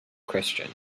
christian